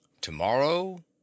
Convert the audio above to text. Tomorrow